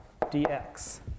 dx